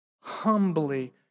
humbly